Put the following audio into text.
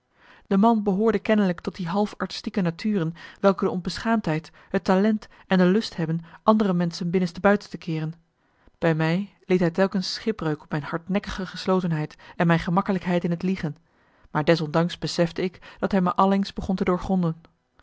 de man behoorde kennelijk tot die half artistieke naturen welke de onbeschaamdheid het talent en de lust hebben andere menschen binnenste buiten te keeren bij mij leed hij telkens schipbreuk op mijn hardnek marcellus emants een nagelaten bekentenis kige geslotenheid en mijn gemakkelijkheid in het liegen maar desondanks besefte ik dat hij me allengs begon te doorgronden